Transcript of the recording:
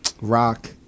rock